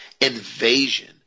invasion